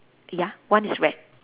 ya one is red